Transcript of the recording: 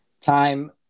time